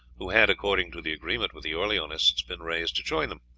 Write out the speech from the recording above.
who had, according to the agreement with the orleanists, been raised to join them.